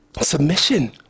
submission